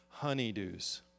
honeydews